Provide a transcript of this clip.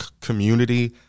community